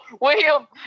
William